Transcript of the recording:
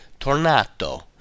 tornato